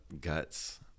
guts